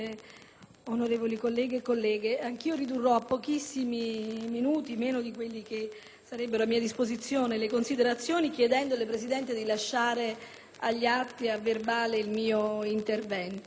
onorevoli colleghi e colleghe, anch'io ridurrò a pochissimi minuti, meno di quelli che sarebbero a mia disposizione, le mie considerazioni, chiedendo alla Presidente di lasciare agli atti il mio intervento.